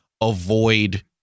avoid